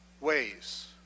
ways